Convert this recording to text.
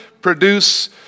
produce